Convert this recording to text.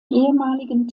ehemaligen